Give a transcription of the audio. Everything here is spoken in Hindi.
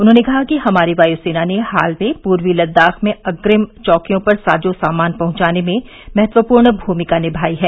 उन्होंने कहा कि हमारी वायुसेना ने हाल में पूर्वी लद्दाख में अग्निम चौकियों पर साजो सामान पहुंचाने में महत्वपूर्ण भूमिका निभाई है